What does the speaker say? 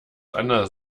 anders